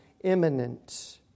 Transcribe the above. imminent